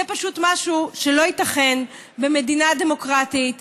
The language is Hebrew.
זה פשוט משהו שלא ייתכן במדינה דמוקרטית.